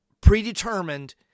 predetermined